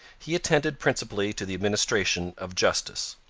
he attended principally to the administration of justice.